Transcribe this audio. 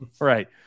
Right